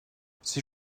six